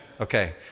Okay